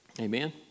Amen